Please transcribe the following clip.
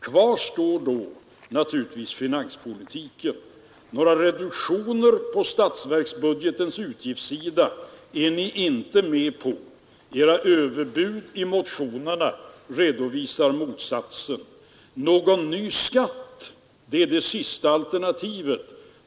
Kvar står då naturligtvis finanspolitiken. Några reduktioner på statsverksbudgetens utgiftssida är ni inte med på — era överbud i motionerna redovisar motsatsen. Någon ny skatt är det sista alternativet.